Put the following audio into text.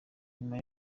nyuma